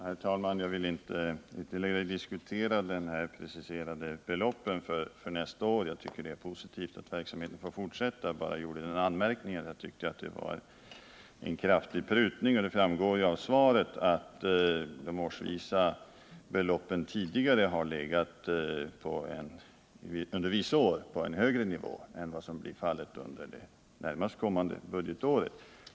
Herr talman! Jag vill inte ytterligare diskutera de preciserade beloppen för nästa år. Jag tycker det är positivt att verksamheten får fortsätta. Jag gjorde bara den anmärkningen att jag ansåg att det var en kraftig prutning. Det framgår av svaret att de årsvisa beloppen tidigare under vissa år har legat på en högre nivå än vad som blir fallet under det nästkommande budgetåret.